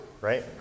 Right